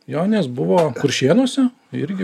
joninės buvo kuršėnuose irgi